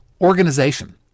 organization